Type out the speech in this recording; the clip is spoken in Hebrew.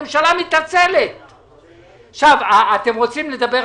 להגיד לממשלה: את זה אני דורשת שתתקצבי.